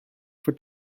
for